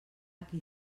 qui